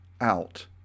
out